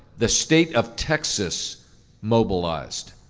the state of texas mobilized.